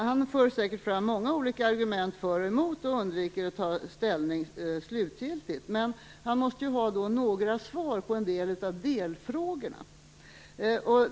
Han för säkert fram många olika argument för och emot och undviker att ta ställning slutgiltigt, men han måste ju ha svar på några av delfrågorna.